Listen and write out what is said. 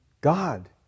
God